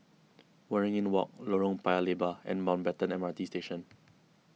Waringin Walk Lorong Paya Lebar and Mountbatten M R T Station